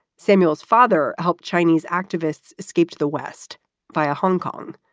samuel's father helped chinese activists escape to the west via hong kong.